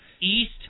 east